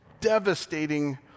devastating